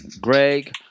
Greg